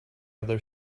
other